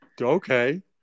Okay